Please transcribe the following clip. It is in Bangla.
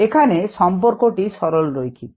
এখানে সম্পর্কটি সরলরৈখিক